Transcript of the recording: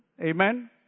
Amen